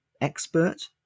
expert